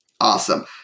awesome